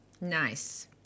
Nice